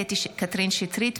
קטי קטרין שטרית,